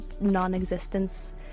non-existence